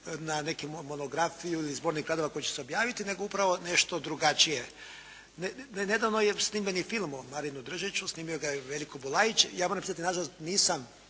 na neku monografiju ili zbornih kadrova koji će se objaviti nego upravo nešto drugačije. Nedavno je i snimljen film o Marinu Držiću, snimio ga je Veljko Bulajić. Ja moram priznati na žalost nisam